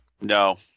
No